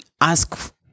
ask